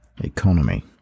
economy